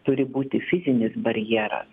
turi būti fizinis barjeras